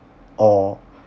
or